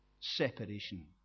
separation